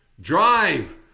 drive